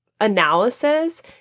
analysis